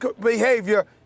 behavior